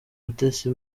mutesi